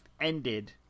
ended